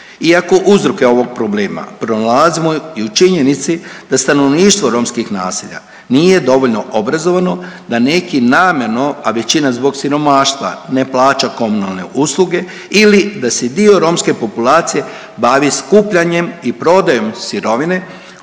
Iako uzroke ovog problema pronalazimo i u činjenici da stanovništvo romskih naselja nije dovoljno obrazovano, da neki namjerno, a većina zbog siromaštva ne plaća komunalne usluge ili da se dio romske populacije bavi skupljanjem i prodajom sirovine